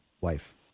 wife